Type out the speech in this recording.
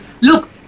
look